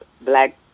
black